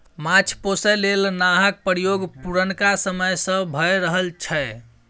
माछ पोसय लेल नाहक प्रयोग पुरनका समय सँ भए रहल छै